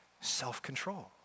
self-control